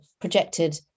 projected